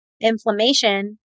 inflammation